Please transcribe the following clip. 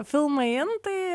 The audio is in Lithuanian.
filmai in tai